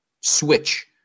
switch